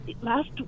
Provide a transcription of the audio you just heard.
Last